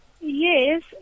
Yes